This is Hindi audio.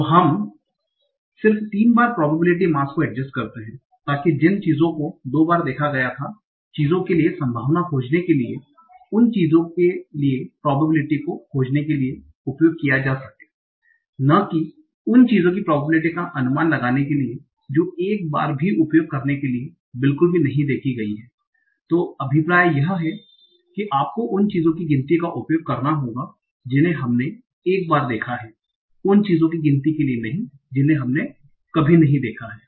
तो हम सिर्फ तीन बार प्रोबाबिलिटी मास को adjust करते हैं इसलिए जो चीजें दो बार देखी गयी है हम उसकी प्रोबलिटी का उपयोग उन चीजों के लिए करेंगे जो एक बार देखी गयी है और जो चीजें एक बार देखी गयी है हम उसकी प्रोबलिटी का उपयोग उन चीजों के लिए करेंगे जो एक बार भी नहीं देखी गयी है तो अभिप्राय यह है कि आपको उन चीजों की गिनती का उपयोग करना होगा जिन्हें हमने एक बार देखा है उन चीजों की गिनती के लिए जिन्हें हमने कभी नहीं देखा है